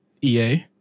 EA